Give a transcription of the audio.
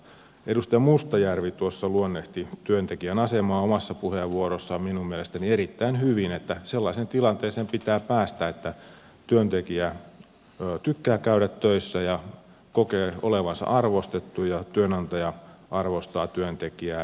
edustaja mustajärvi luonnehti työntekijän asemaa omassa puheenvuorossaan minun mielestäni erittäin hyvin että sellaiseen tilanteeseen pitää päästä että työntekijä tykkää käydä töissä ja kokee olevansa arvostettu ja työnantaja arvostaa työntekijää